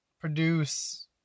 produce